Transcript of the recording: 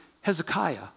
Hezekiah